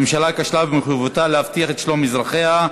הממשלה כשלה במחויבותה להבטיח את שלום אזרחיה.